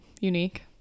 unique